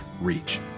reach